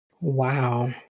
Wow